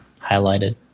highlighted